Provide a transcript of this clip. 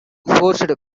forced